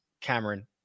Cameron